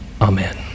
Amen